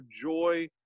joy